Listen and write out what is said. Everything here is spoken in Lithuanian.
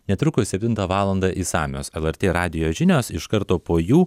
netrukus septintą valandą išsamios lrt radijo žinios iš karto po jų